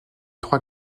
trois